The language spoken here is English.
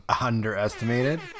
underestimated